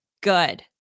good